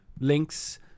Links